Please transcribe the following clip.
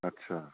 आतसा